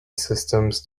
systems